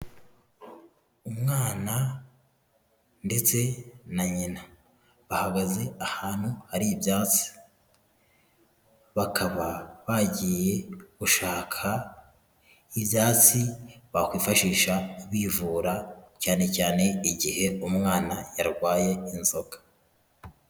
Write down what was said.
Umwana ndetse na nyina. Bahagaze ahantu hari ibyatsi. Bakaba bagiye gushaka ibyatsi bakwifashisha bivura, cyane cyane igihe umwana yarwaye inzoka.